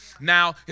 Now